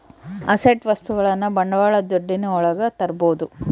asset ವಸ್ತುಗಳನ್ನ ಬಂಡವಾಳ ದುಡ್ಡಿನ ಒಳಗ ತರ್ಬೋದು